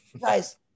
Guys